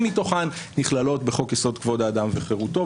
מתוכן נכללות בחוק יסוד: כבוד האדם וחירותו.